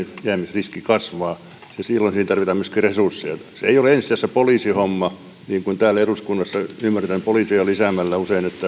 riski kasvaa ja silloin siihen tarvitaan myöskin resursseja se ei ole ensi sijassa poliisihomma kun täällä eduskunnassa ymmärretään usein että poliiseja lisäämällä